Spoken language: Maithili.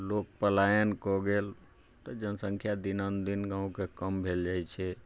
लोक पलायन कऽ गेल तऽ जनसङ्ख्या दिनो दिन गाँवके कम भेल जाइ छै